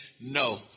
no